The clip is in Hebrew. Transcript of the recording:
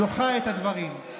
דוחה את הדברים,